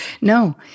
No